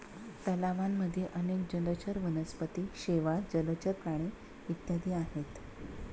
तलावांमध्ये अनेक जलचर वनस्पती, शेवाळ, जलचर प्राणी इत्यादी आहेत